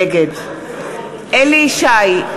נגד אליהו ישי,